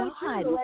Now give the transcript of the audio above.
God